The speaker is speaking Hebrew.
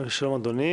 שלום, אדוני.